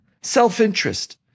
self-interest